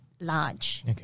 large